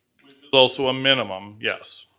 is also a minimum, yes,